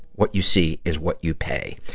what you see is what you pay.